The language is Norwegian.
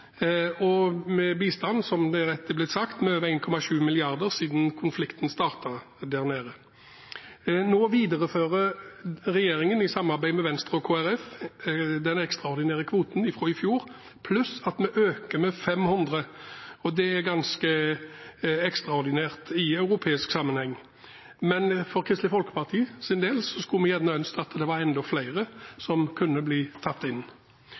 samarbeid med Venstre og Kristelig Folkeparti, den ekstraordinære kvoten fra i fjor, pluss at vi øker med 500, og det er ganske ekstraordinært i europeisk sammenheng. Men for Kristelig Folkepartis del skulle vi gjerne ønsket at det var enda flere som kunne bli tatt inn.